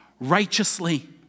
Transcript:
righteously